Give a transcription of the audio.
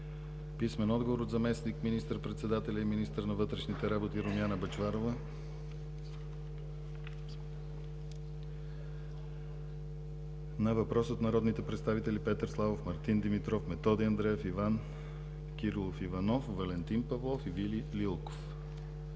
писмен отговор от заместник министър-председателя и министър на вътрешните работи Румяна Бъчварова на въпрос от народните представители Петър Славов, Мартин Димитров, Методи Андреев, Иван Кирилов Иванов, Валентин Павлов и Вили Лилков;